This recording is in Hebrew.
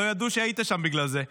לא ידעו שהיית שם בגלל זה.